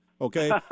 Okay